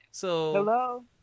Hello